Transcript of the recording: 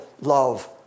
love